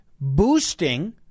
boosting